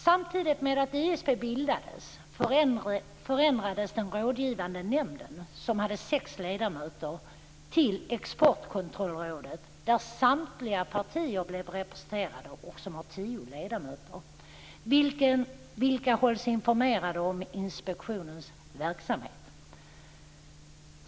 Samtidigt med att ISP bildades förändrades Rådgivande nämnden, som hade sex ledamöter, till Exportkontrollrådet, där samtliga partier blev representerade och som har tio ledamöter som hålls informerade om inspektionens verksamhet.